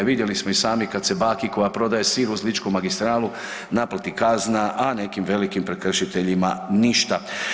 Vidjeli smo i sami kad se baki koja prodaje sir u Ličku magistralu naplati kazna, a nekim velikim prekršiteljima ništa.